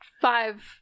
five